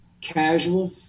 casual